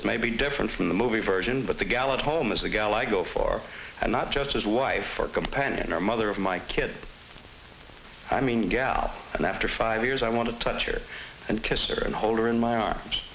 it may be different from the movie version but the gallant home is the gal i go for and not just his wife or companion or mother of my kid i mean gal and after five years i want to touch her and kiss or hold her in my arms